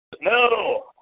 no